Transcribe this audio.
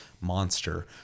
monster